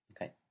Okay